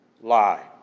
Lie